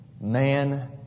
man